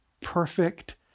perfect